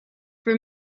for